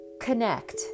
connect